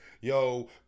Yo